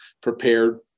prepared